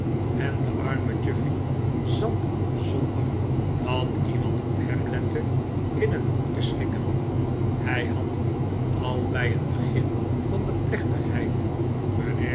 en de arme chuffey zat zonder dat iemand op hem lette in een hoek te snikken hij had al bij het begin van de plechtigheid